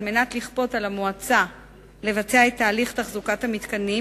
על מנת לכפות על המועצה לבצע את תהליך תחזוקת המתקנים,